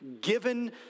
given